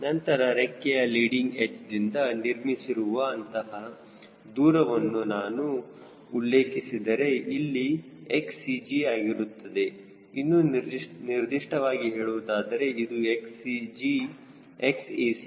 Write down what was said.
ನಂತರ ರೆಕ್ಕೆಯ ಲೀಡಿಂಗ್ ಎಡ್ಚ್ದಿಂದ ನಿರ್ಮಿಸಿರುವ ಅಂತಹ ದೂರವನ್ನು ನಾನು ಉಲ್ಲೇಖಿಸಿದರೆ ಇಲ್ಲಿ 𝑋CG ಆಗಿರುತ್ತದೆ ಇನ್ನು ನಿರ್ದಿಷ್ಟವಾಗಿ ಹೇಳುವುದಾದರೆ ಇದು 𝑋ac ಆಗುತ್ತದೆ